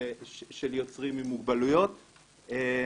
200,000 אנשים עם לקויות ראיה קשות שתרבות לא נגישה להם